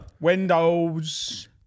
Windows